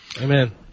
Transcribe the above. Amen